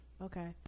Okay